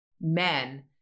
men